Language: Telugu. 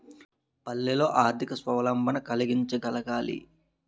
పల్లెల్లో ఆర్థిక స్వావలంబన కలిగించగలగాలి